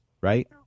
right